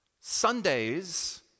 Sundays